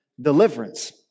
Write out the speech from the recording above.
deliverance